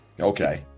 okay